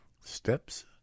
Steps